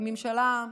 היא ממשלה,